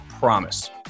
promise